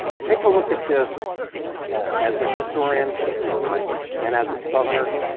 take a look at this as a historian and as a southerner,